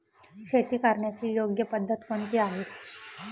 शेती करण्याची योग्य पद्धत कोणती आहे?